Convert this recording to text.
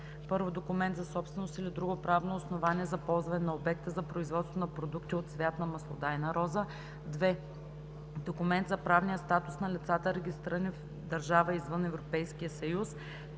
1. документ за собственост или друго правно основание за ползване на обекта за производство на продукти от цвят на маслодайна роза; 2. документ за правния статус на лицата, регистрирани в държава извън Европейския съюз;